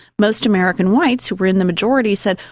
most american whites who were in the majority said,